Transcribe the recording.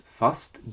fast